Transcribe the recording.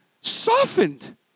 softened